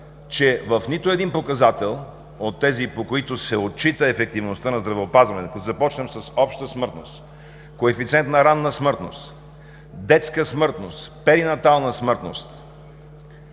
че в нито един показател от тези, по които се отчита необходимостта на здравеопазването, като започнем с обща смъртност; коефициент на ранна смъртност; детска смъртност, перинатална смъртност